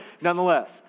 nonetheless